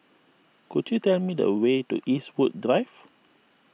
could you tell me the way to Eastwood Drive